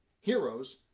heroes